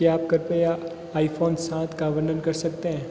क्या आप कृपया आईफोन सात का वर्णन कर सकते हैं